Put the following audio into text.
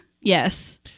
yes